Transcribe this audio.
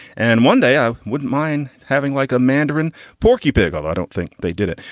and one day i wouldn't mind having, like, a mandarin porky pig. i don't think they did it.